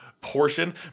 portion